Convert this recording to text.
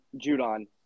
Judon